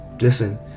Listen